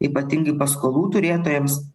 ypatingai paskolų turėtojams